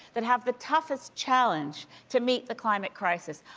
that have the toughest challenge to meet the climate crisis.